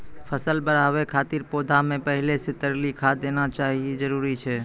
फसल बढ़ाबै खातिर पौधा मे पहिले से तरली खाद देना जरूरी छै?